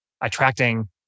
attracting